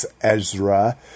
Ezra